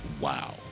wow